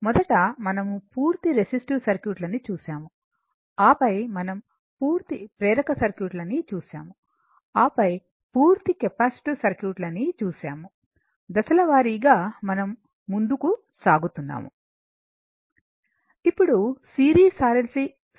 మొదట మనం పూర్తి రెసిస్టివ్ సర్క్యూట్ లని చూశాము ఆపై మనం పూర్తి ప్రేరక సర్క్యూట్ లని చూశాము ఆపై పూర్తి కెపాసిటివ్ సర్క్యూట్ లని చూశాము దశల వారీగా మనం ముందుకు సాగుతున్నాము